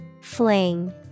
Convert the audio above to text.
Fling